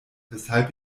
weshalb